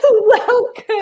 Welcome